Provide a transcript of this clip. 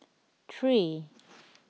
three